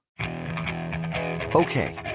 Okay